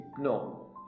No